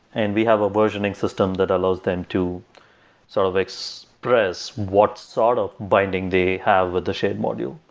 and we have a versioning system that allows them to sort of express what startup binding they have with the shared module.